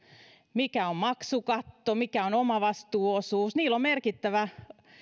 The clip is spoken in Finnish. mikä on maksukatto mikä on omavastuuosuus merkittävä